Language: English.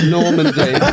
Normandy